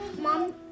Mom